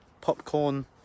popcorn